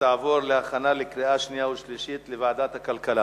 ותעבור להכנה לקריאה שנייה וקריאה שלישית לוועדת הכלכלה.